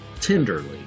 tenderly